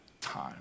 time